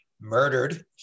murdered